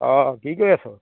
অঁ কি কৰি আছ